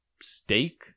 steak